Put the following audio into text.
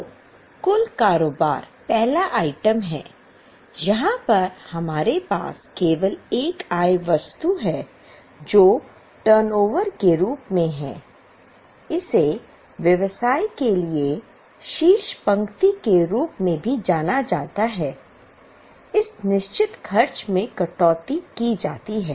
तो कुल कारोबार पहला आइटम है यहाँ पर हमारे पास केवल एक आय वस्तु है जो टर्नओवर के रूप में है इसे व्यवसाय के लिए शीर्ष पंक्ति के रूप में भी जाना जाता है इस निश्चित खर्च में कटौती की जाती है